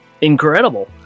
incredible